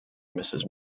mrs